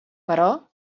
però